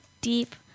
deep